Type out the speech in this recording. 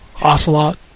Ocelot